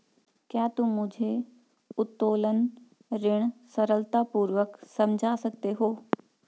क्या तुम मुझे उत्तोलन ऋण सरलतापूर्वक समझा सकते हो?